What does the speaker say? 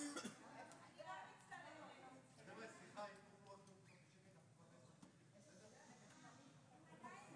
יודע שאסור למחוא כפיים, אבל בכל